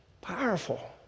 Powerful